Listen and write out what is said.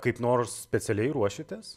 kaip nors specialiai ruošitės